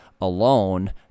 alone